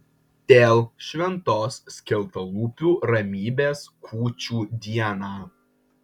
dėl šventos skeltalūpių ramybės kūčių dieną